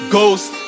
Ghost